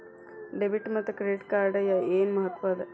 Debit ಮತ್ತ credit ಕಾರ್ಡದ್ ಏನ್ ಮಹತ್ವ ಅದ?